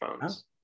phones